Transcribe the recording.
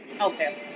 okay